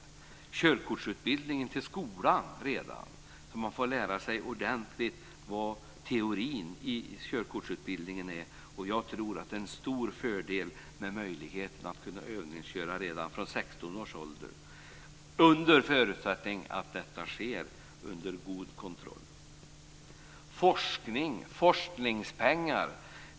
Körkortsutbildning kan hållas redan i skolan så att man får lära sig ordentligt i teorin vad körkortsutbildning är. Jag tror att det är en stor fördel om man kan övningsköra redan från 16 års ålder under förutsättning att detta sker under god kontroll. Så till forskningspengar.